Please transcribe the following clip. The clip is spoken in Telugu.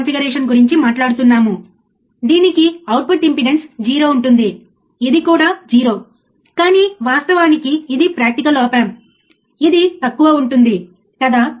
సీతారాం ఈ ప్రయోగంలో పాల్గొన్నాడు సర్క్యూట్లు ఎలా అనుసంధానించబడి ఉన్నాయని అర్థం చేసుకోవడంలో అతను మనకు సహాయం చేస్తున్నాడు సరియైనదా